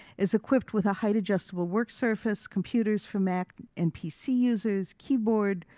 is equipped with a height adjustable work surface, computers for mac and pc users, keyboard,